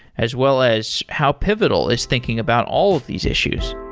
as well as how pivotal is thinking about all of these issues